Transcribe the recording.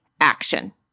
action